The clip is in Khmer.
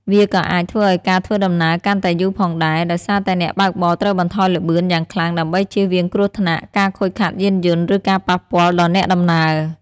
វាក៏អាចធ្វើឱ្យការធ្វើដំណើរកាន់តែយូរផងដែរ ដោយសារតែអ្នកបើកបរត្រូវបន្ថយល្បឿនយ៉ាងខ្លាំងដើម្បីជៀសវាងគ្រោះថ្នាក់ ការខូចខាតយានយន្ត ឬការប៉ះពាល់ដល់អ្នកដំណើរ។